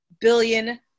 billion